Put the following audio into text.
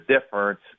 difference